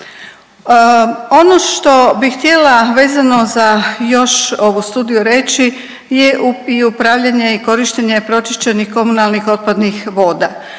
Ono što bih htjela vezano za još ovu studiju reći je i upravljanje i korištenje pročišćenih komunalnih otpadnih voda.